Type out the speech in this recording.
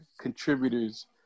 contributors